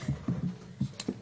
הקרן כך שתהיה אפשרות